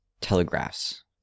telegraphs